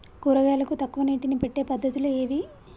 కూరగాయలకు తక్కువ నీటిని పెట్టే పద్దతులు ఏవి?